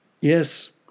Yes